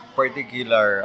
particular